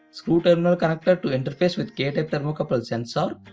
screw terminal connector to interface with k type thermocouple sensor,